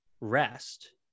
rest